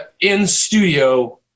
in-studio